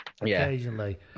occasionally